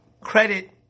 credit